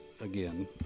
again